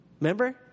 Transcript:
Remember